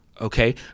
Okay